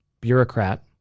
bureaucrat